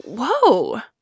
whoa